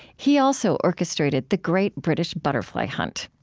he also orchestrated the great british butterfly hunt.